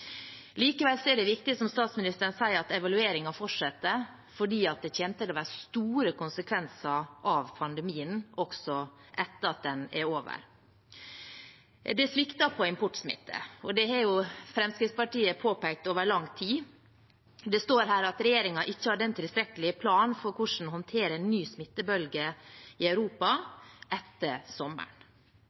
Likevel er det viktig, som statsministeren sier, at evalueringen fortsetter, fordi det kommer til å være store konsekvenser av pandemien også etter at den er over. Det sviktet på importsmitte, og det har jo Fremskrittspartiet påpekt over lang tid. Det står her at regjeringen ikke hadde en tilstrekkelig plan for hvordan man skulle håndtere en ny smittebølge i Europa etter sommeren.